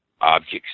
objects